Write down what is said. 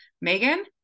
Megan